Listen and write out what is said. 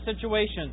situation